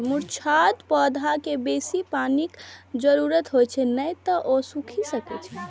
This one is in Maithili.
मुरझाइत पौधाकें बेसी पानिक जरूरत होइ छै, नै तं ओ सूखि सकैए